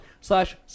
slash